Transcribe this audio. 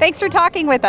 thanks for talking with